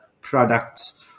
products